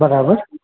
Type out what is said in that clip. બરાબર